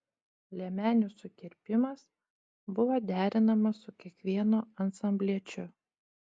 liemenių sukirpimas buvo derinamas su kiekvienu ansambliečiu